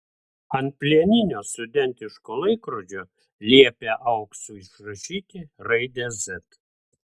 ant plieninio studentiško laikrodžio liepė auksu išrašyti raidę z